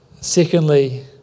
Secondly